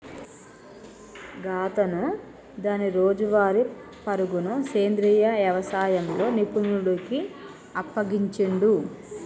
గాతను దాని రోజువారీ పరుగును సెంద్రీయ యవసాయంలో నిపుణుడికి అప్పగించిండు